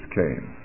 came